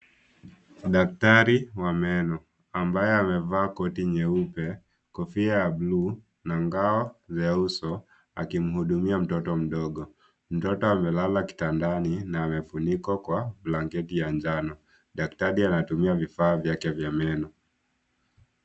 Daktari wa meno ambaye amevaa koti nyeupe, kofia ya buluu, na ngao ya uso, akimhudumia mtoto mdogo .Mtoto amelala kitandani na amefunikwa kwa blanketi ya njano. Daktari anatumia vifaa vyake vya meno.